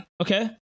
Okay